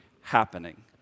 happening